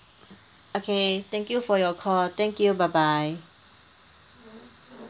okay thank you for your call thank you bye bye